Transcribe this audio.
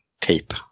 tape